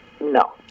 No